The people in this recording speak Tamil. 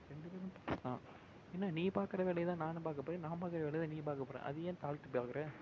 ரெண்டு பேருமே என்ன நீ பார்க்குற வேலையை தான் நானும் பார்க்கப் போகிறேன் நான் பார்க்குற வேலையை தான் நீ பார்க்கப் போகிற அது ஏன் தாழ்த்தி பார்க்குற